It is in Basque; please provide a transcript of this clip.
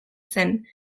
zen